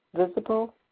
visible